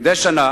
מדי שנה